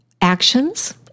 actions